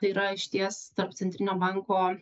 tai yra išties tarp centrinio banko